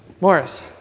Morris